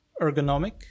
ergonomic